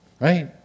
right